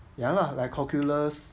ya lah like calculus